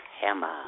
hammer